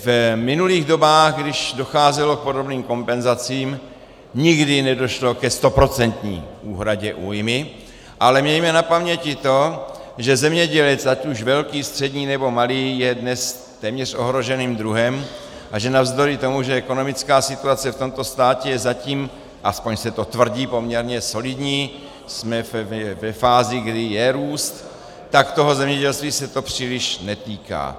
V minulých dobách, když docházelo k podobným kompenzacím, nikdy nedošlo ke stoprocentní úhradě újmy, ale mějme na paměti to, že zemědělec ať už velký, střední, nebo malý je dnes téměř ohroženým druhem a že navzdory tomu, že ekonomická situace v tomto státě je zatím aspoň se to tvrdí poměrně solidní, jsme ve fázi, kdy je růst, tak toho zemědělství se to příliš netýká.